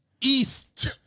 East